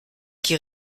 qui